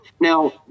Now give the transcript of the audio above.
Now